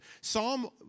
Psalm